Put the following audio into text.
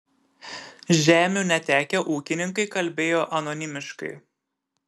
žemių netekę ūkininkai kalbėjo anonimiškai